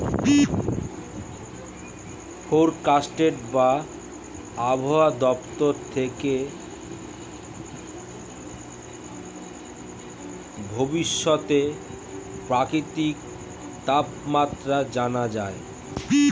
forecast বা আবহাওয়া দপ্তর থেকে ভবিষ্যতের প্রাকৃতিক তাপমাত্রা জানা যায়